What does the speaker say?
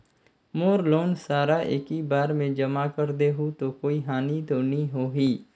मोर loan सारा एकी बार मे जमा कर देहु तो कोई हानि तो नी होही?